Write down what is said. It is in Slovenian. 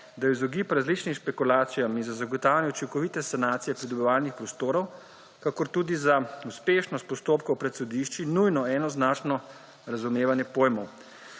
da je v izogib različnim špekulacijam in za zagotavljanje učinkovite sanacije pridobivalnih prostorov, kakor tudi za uspešnost postopkov pred sodišči nujno enoznačno razumevanje pojmov.